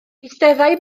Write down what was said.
eisteddai